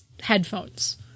headphones